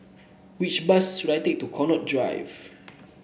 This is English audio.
which bus should I take to Connaught Drive